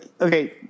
Okay